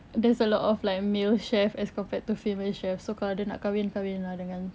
there's a lot of like male chefs as compared to female chefs so kalau dia nak kahwin kahwinlah dengan